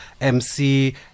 MC